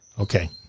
Okay